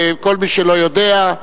כל מי שלא יודע.